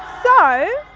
so